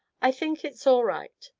i think it's all right!